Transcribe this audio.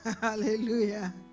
Hallelujah